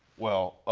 well, ah,